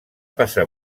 passar